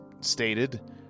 stated